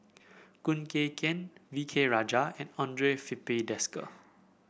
Khoo Kay Hian V K Rajah and Andre Filipe Desker